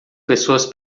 pessoas